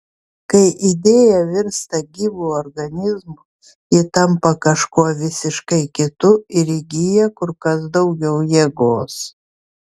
kai idėja virsta gyvu organizmu ji tampa kažkuo visiškai kitu ir įgyja kur kas daugiau jėgos